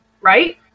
right